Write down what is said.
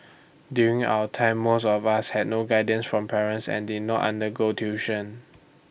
during our time most of us had no guidance from parents and did not undergo tuition